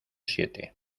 siete